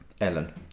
Ellen